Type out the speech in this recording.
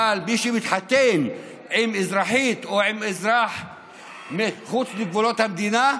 אבל מי שמתחתן עם אזרחית או עם אזרח מחוץ לגבולות המדינה,